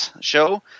show